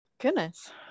Goodness